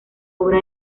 obra